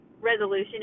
resolution